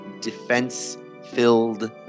defense-filled